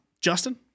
Justin